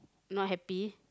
not happy